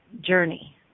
journey